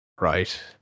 right